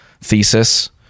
thesis